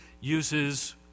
uses